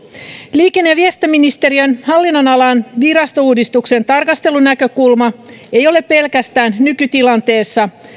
liikenne ja viestintäministeriön hallinnonalan virastouudistuksen tarkastelunäkökulma ei ole pelkästään nykytilanteessa